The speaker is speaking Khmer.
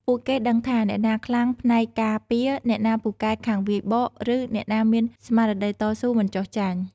ពួកគេដឹងថាអ្នកណាខ្លាំងផ្នែកការពារ អ្នកណាពូកែខាងវាយបក ឬអ្នកណាមានស្មារតីតស៊ូមិនចុះចាញ់។